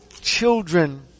children